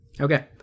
Okay